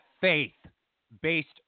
faith-based